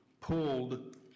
pulled